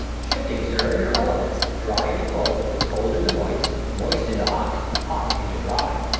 shifting, sir, your elements, dry into cold, cold into moist, moist into hot, hot into dry.